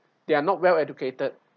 they are not well educated